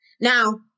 Now